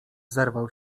zerwał